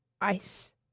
Ice